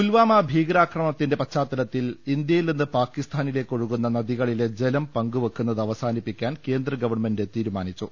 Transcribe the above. പുൽവാമ ഭീകരാക്രമണത്തിന്റെ പശ്ചാത്തലത്തിൽ ഇന്ത്യയിൽ നിന്ന് പാകിസ്ഥാനിലേക്ക് ഒഴുകുന്ന നദികളിലെ ജലം പങ്കുവയ്ക്കുന്നത് അവസാനിപ്പിക്കാൻ കേന്ദ്ര ഗവൺമെന്റ് തീരുമാനിച്ചു